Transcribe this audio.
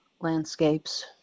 Landscapes